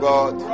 God